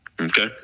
Okay